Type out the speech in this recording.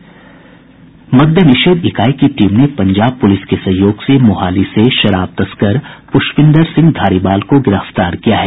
मद्य निषेध इकाई की टीम ने पंजाब पुलिस के सहयोग से मोहाली से शराब तस्कर प्रष्पिंदर सिंह धारीवाल को गिरफ्तार किया है